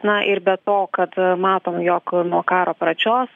na ir be to kad matom jog nuo karo pradžios